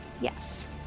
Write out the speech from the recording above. Yes